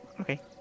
Okay